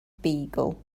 beagle